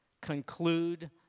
conclude